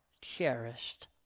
cherished